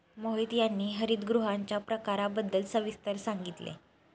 मोहित यांनी हरितगृहांच्या प्रकारांबद्दल सविस्तर सांगितले